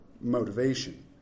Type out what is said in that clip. motivation